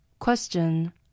Question